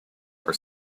are